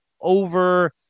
over –